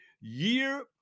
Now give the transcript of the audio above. year